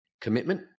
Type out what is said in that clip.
commitment